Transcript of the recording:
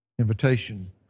Invitation